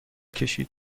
کشید